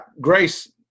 grace